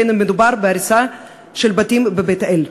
ובין שמדובר בהריסת בתים בבית-אל.